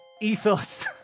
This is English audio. ethos